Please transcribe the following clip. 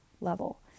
level